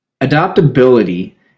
Adaptability